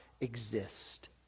exist